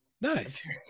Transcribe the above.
nice